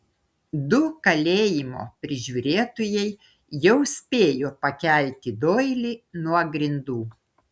du kalėjimo prižiūrėtojai jau spėjo pakelti doilį nuo grindų